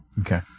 Okay